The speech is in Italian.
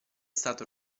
stata